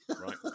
Right